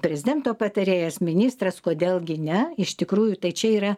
prezidento patarėjas ministras kodėl gi ne iš tikrųjų tai čia yra